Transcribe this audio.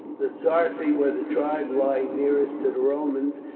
the sarci were the tribe lying nearest to the romans,